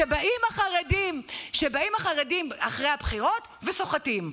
שבאים החרדים אחרי הבחירות וסוחטים.